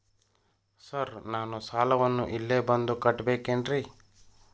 Sir ನಾನು ಸಾಲವನ್ನು ಇಲ್ಲೇ ಬಂದು ಕಟ್ಟಬೇಕೇನ್ರಿ?